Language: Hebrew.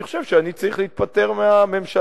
אני חושב שאני צריך להתפטר מהממשלה.